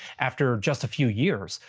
after just a few years,